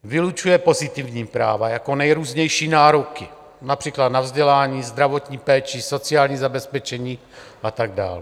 Vylučuje pozitivní práva jako nejrůznější nároky, například na vzdělání, zdravotní péči, sociální zabezpečení a tak dál.